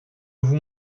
vous